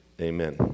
amen